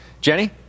Jenny